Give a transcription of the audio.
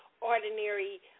ordinary